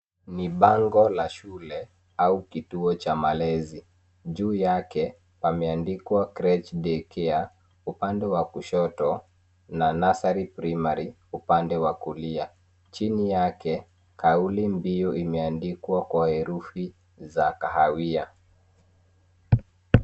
Ni bango la shule, au kituo cha malezi, juu yake, pameandikwa Cretch daycare , upande wa kushoto, na nursery primary , upande wa kulia, chini yake, kauli mbio imeandikwa kwa herufi za kahawia.